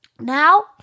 Now